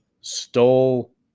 Stole